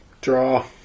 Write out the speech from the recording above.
Draw